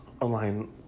align